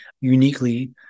uniquely